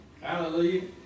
Hallelujah